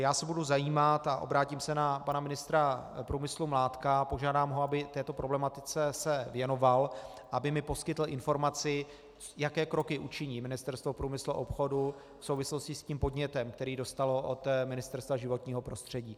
Já se tedy budu zajímat a obrátím se na pana ministra průmyslu a obchodu Mládka a požádám ho, aby se této problematice věnoval, aby mi poskytl informaci, jaké kroky učiní Ministerstvo průmyslu a obchodu v souvislosti s tím podnětem, který dostalo od Ministerstva životního prostředí.